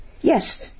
Yes